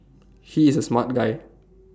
he is A smart guy